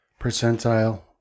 percentile